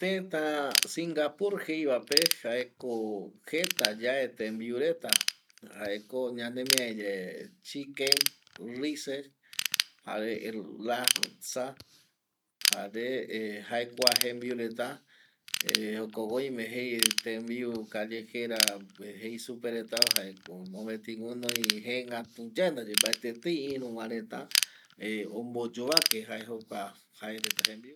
Tëtä Singapur jei va pe jae ko jeta yae tembiu reta jae ko ñanemiari yae chiken lise jare el latza jare jae kua jembiu reta jokogui oime jei tembiu callejera jei supe reta va jae ko mopeti guɨnoi gëë gätu yae daye mbaetɨ etei iru va reta omboyovake jae jokua jae reta jembiu.